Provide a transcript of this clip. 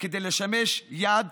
כדי לשמש יד